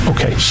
Okay